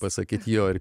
pasakyti jo ir